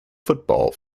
football